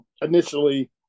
initially